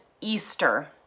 Easter